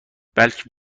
بلکه